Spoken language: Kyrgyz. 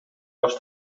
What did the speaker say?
баш